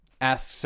asks